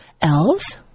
Elves